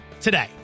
today